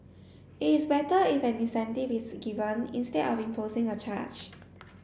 it is better if an incentive is given instead of imposing a charge